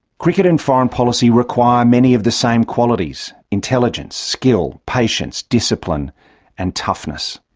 cricket and foreign policy require many of the same qualities intelligence, skill, patience, discipline and toughness.